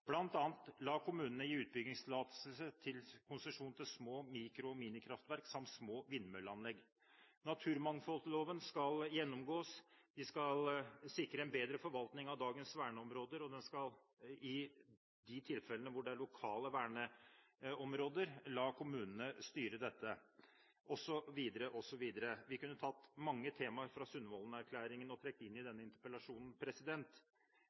La kommunene gi utbyggingstillatelse/konsesjon til små-, mikro- og minikraftverk, samt små vindmølleanlegg. Naturmangfoldloven skal gjennomgås. De skal sikre en bedre forvaltning av dagens verneområder, og man skal i de tilfellene hvor det er lokale verneområder la kommunene styre dette osv. Vi kunne trukket mange temaer fra Sundvolden-erklæringen inn i denne interpellasjonen. Det som er mitt utgangspunkt, er at i